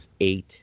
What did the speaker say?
eight